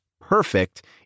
perfect